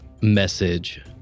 message